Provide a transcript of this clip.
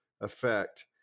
effect